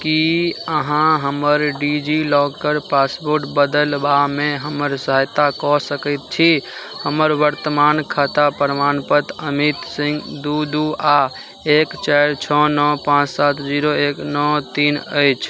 कि अहाँ हमर डिजिलॉकर पासवर्ड बदलबामे हमर सहायता कऽ सकै छी हमर वर्तमान खाता प्रमाणपत्र अमित सिंह दुइ दुइ आओर एक चारि छओ नओ पाँच सात जीरो एक नओ तीन अछि